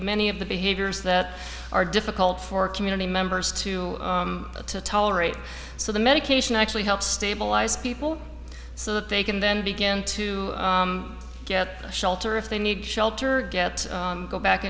many of the behaviors that are difficult for community members to tolerate so the medication actually helps stabilize people so that they can then begin to get shelter if they need shelter get go back